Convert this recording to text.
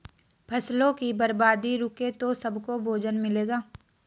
फसलों की बर्बादी रुके तो सबको भोजन मिलेगा